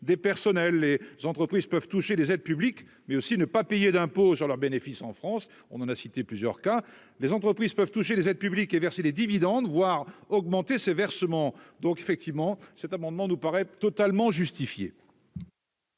des personnels et entreprises peuvent toucher des aides publiques mais aussi ne pas payer d'impôts sur leurs bénéfices en France, on en a cité plusieurs cas, les entreprises peuvent toucher les aides publiques et verser des dividendes voir augmenter ses versements donc effectivement cet amendement, nous paraît totalement justifié.